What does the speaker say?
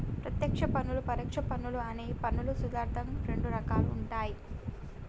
ప్రత్యక్ష పన్నులు, పరోక్ష పన్నులు అని పన్నులు స్థూలంగా రెండు రకాలుగా ఉంటయ్